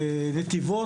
בנתיבות,